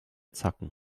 zacken